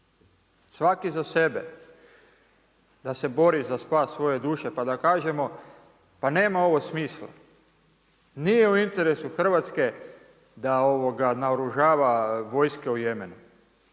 svaki za sebe da se bori za spas svoje duše pa da kažemo pa nema ovo smisla. Nije u interesu Hrvatske da naoružava vojske u Jemenu,